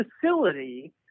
facility